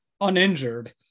uninjured